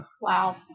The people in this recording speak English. Wow